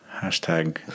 Hashtag